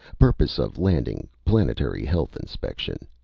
purpose of landing, planetary health inspection.